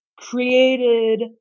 created